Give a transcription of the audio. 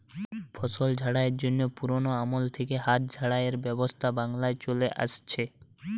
ফসল ঝাড়াইয়ের জন্যে পুরোনো আমল থিকে হাত ঝাড়াইয়ের ব্যবস্থা বাংলায় চলে আসছে